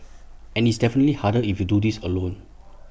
and it's infinitely harder if you do this alone